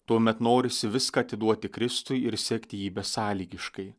tuomet norisi viską atiduoti kristui ir sekti jį besąlygiškai